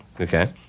Okay